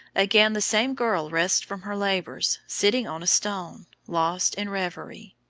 again the same girl rests from her labors, sitting on a stone, lost in revery.